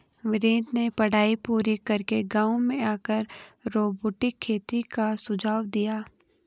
विनीत ने पढ़ाई पूरी करके गांव में आकर रोबोटिक खेती का सुझाव दिया